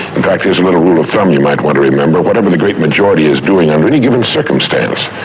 in fact, here's a little rule of thumb you might want to remember. whatever the great majority is doing under any given circumstance,